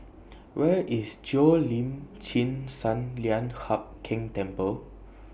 Where IS Cheo Lim Chin Sun Lian Hup Keng Temple